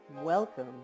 Welcome